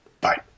Bye